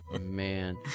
Man